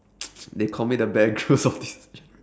they call me the bear-grylls of this gene~